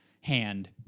hand